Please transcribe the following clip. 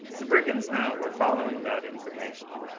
the brigands now were following that information.